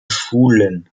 schulen